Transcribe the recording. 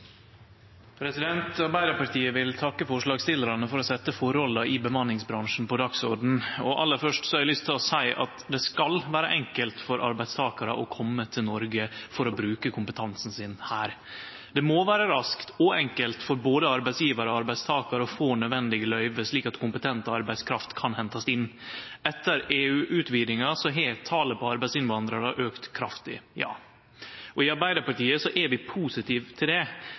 Arbeidarpartiet vil takke forslagsstillarane for å setje forholda i bemanningsbransjen på dagsordenen. Aller først har eg lyst til å seie at det skal vere enkelt for arbeidstakarar å kome til Noreg for å bruke kompetansen sin her. Det må vere raskt og enkelt for både arbeidsgjevar og arbeidstakar å få nødvendige løyve, slik at kompetent arbeidskraft kan hentast inn. Etter EU-utvidinga har talet på arbeidsinnvandrarar auka kraftig. I Arbeidarpartiet er vi positive til det,